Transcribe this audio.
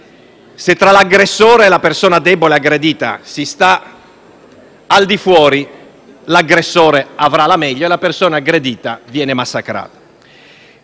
Se tra l'aggressore e la persona debole aggredita si sta al di fuori, l'aggressore avrà la meglio e la persona aggredita viene massacrata.